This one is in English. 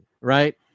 right